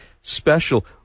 special